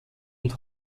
und